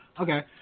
Okay